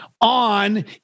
on